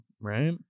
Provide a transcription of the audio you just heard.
right